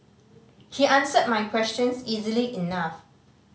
he answered my questions easily enough